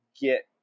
get